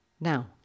Now